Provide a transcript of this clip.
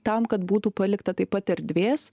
tam kad būtų palikta taip pat erdvės